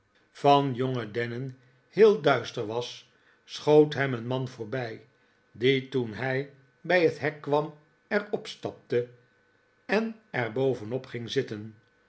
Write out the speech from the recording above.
chuzzlewit ge dennen heel duister was schoot hem een man voorbij die toen hij bij het hek kwam er opstapte en er bovenop ging zitten